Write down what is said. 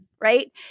right